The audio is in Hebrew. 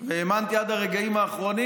והאמנתי עד הרגעים האחרונים,